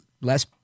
less